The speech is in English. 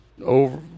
over